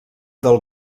del